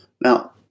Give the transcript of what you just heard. Now